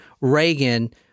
Reagan